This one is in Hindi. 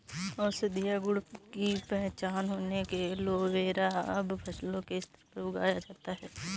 औषधीय गुण की पहचान होने से एलोवेरा अब फसलों के स्तर पर उगाया जाता है